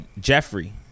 Jeffrey